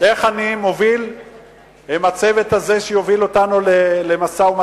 איך אני מוביל עם הצוות הזה שיוביל אותנו למשא-ומתן.